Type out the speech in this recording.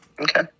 okay